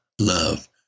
love